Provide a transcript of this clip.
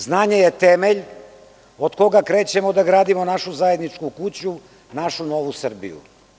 Znanje je temelj od koga krećemo da gradimo našu zajedničku kuću, našu novu Srbiju“